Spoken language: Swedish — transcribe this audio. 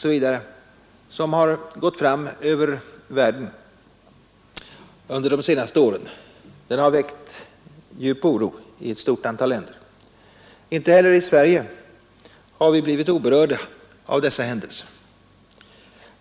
som har gått fram över världen under de senaste åren har väckt djup oro i ett stort antal länder. Inte heller i Sverige har vi blivit oberörda av dessa händelser.